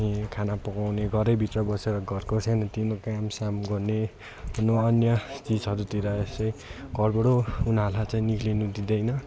खाना पकाउने घरैभित्र बसेर घरको सानोतिनो काम साम गर्ने अन्य चिजहरूतिर यसै घरबाट उनीहरूलाई चाहिँ निक्लिनु दिँदैन